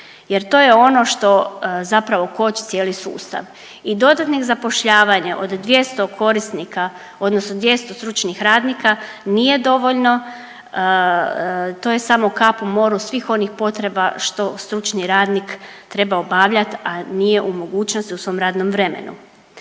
jer to je ono što zapravo koči cijeli sustav. I dodatnim zapošljavanjem od 200 korisnika odnosno 200 stručnih radnika nije dovoljno, to je samo kap u moru svih onih potreba što stručni radnik treba obavljat, a nije u mogućosti u svom radnom vremenu.